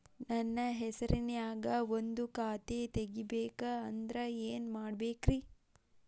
ನನ್ನ ಹೆಸರನ್ಯಾಗ ಒಂದು ಖಾತೆ ತೆಗಿಬೇಕ ಅಂದ್ರ ಏನ್ ಮಾಡಬೇಕ್ರಿ?